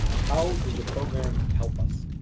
how does your program help us?